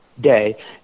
day